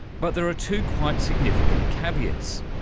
but there are two quite significant caveats.